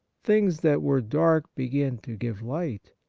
things that were dark begin to give light.